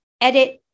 edit